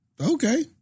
Okay